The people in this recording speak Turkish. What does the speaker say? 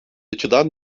açıdan